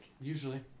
Usually